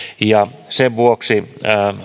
ja sen vuoksi